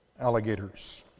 alligators